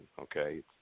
okay